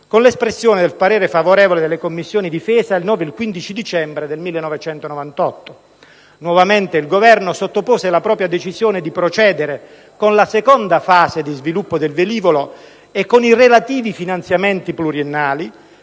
con l'espressione del parere favorevole delle Commissioni difesa il 9 e il 15 dicembre del 1998. Nuovamente il Governo sottopose la propria decisione di procedere con la seconda fase di sviluppo del velivolo e con i relativi finanziamenti pluriennali: